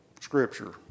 scripture